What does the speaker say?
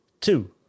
two